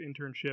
Internship